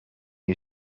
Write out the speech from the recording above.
you